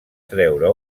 treure